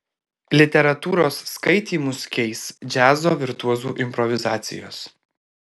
literatūros skaitymus keis džiazo virtuozų improvizacijos